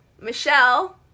Michelle